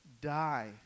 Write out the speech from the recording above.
die